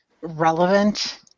relevant